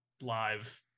live